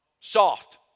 Soft